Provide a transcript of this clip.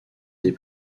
des